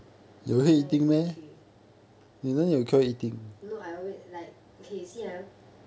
no I always like K you see ah